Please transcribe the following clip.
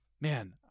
Man